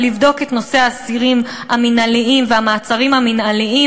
ולבדוק את נושא האסירים המינהליים והמעצרים המינהליים,